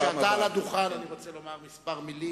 כשאתה על הדוכן אני רוצה לומר כמה מלים,